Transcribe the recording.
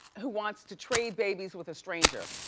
who wants to trade babies with a stranger.